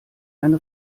eine